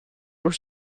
were